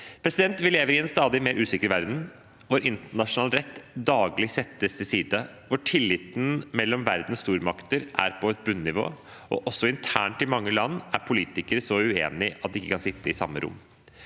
seg til. Vi lever i en stadig mer usikker verden, hvor internasjonal rett daglig settes til side, og hvor tilliten mellom verdens stormakter er på et bunnivå. Også internt i mange land er politikere så uenige at de ikke kan sitte i samme rom.